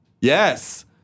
yes